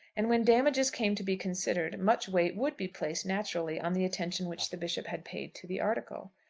and when damages came to be considered, much weight would be placed naturally on the attention which the bishop had paid to the article.